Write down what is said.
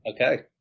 Okay